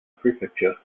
prefecture